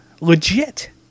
legit